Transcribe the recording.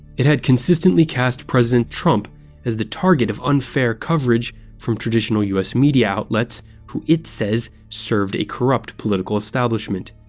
it had consistently cast president trump as the target of unfair coverage from traditional us media outlets who it says served a corrupt political establishment.